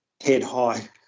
head-high